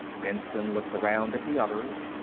benson looked around at the others,